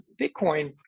Bitcoin